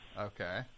Okay